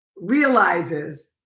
realizes